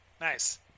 Nice